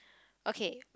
okay